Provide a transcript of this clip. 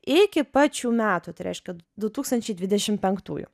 iki pat šių metų tai reiškia du tūkstančiai dvidešimt penktųjų